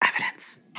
evidence